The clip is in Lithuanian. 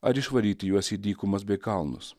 ar išvaryti juos į dykumas bei kalnus